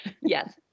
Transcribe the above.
Yes